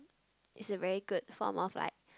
it's a very good form of like